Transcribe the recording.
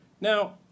Now